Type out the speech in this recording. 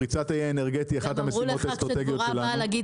פריצת האי האנרגטי היא אחת המשימות האסטרטגיות שלנו.